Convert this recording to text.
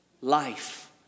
life